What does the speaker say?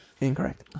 Incorrect